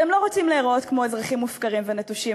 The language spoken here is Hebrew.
והם לא רוצים להיראות כמו אזרחים מופקרים ונטושים.